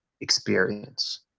experience